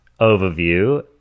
overview